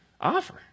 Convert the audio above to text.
offer